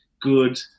good